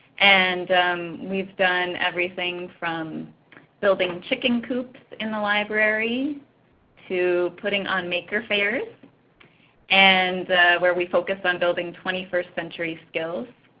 and we have done everything from building chicken coops in the library to putting on maker fairs and where we focus on building twenty first century skills.